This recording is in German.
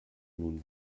nun